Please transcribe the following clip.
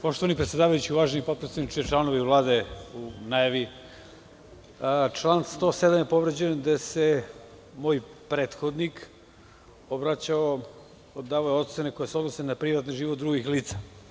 Poštovani predsedavajući, uvaženi potpredsedniče i članovi Vlade u najavi, član 107. je povređen gde se moj prethodnik obraćao, davao je ocene koje se odnose na privatni život drugih lica.